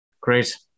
Great